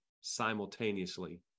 simultaneously